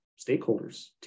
stakeholders